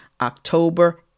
October